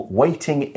waiting